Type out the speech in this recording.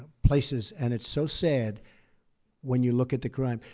places, and it's so sad when you look at the crime.